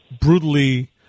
brutally